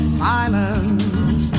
silence